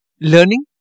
Learning